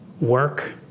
work